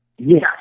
Yes